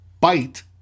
bite